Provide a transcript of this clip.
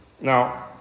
Now